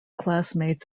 classmates